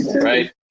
Right